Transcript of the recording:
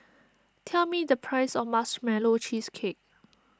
tell me the price of Marshmallow Cheesecake